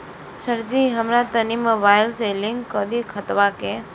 सरजी हमरा तनी मोबाइल से लिंक कदी खतबा के